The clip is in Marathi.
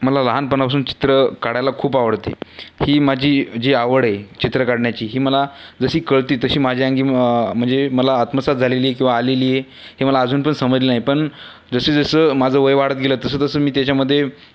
मला लहानपणापासून चित्रं काढायला खूप आवडते ही माझी जी आवड आहे चित्रं काढण्याची ही मला जशी कळते तशी माझ्या अंगी म्हणजे मला आत्मसात झालेली किंवा आलेली आहे हे मला अजून पण समजलं नाही पण जसं जसं माझं वय वाढत गेलं तसं तसं मी त्याच्यामध्ये